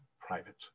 private